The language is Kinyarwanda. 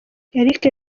eric